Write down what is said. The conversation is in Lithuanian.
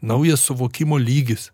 naujas suvokimo lygis